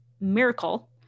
miracle